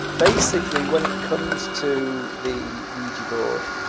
basically, when it comes to the ouija board,